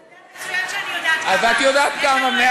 אתה יודע מצוין שאני יודעת כמה.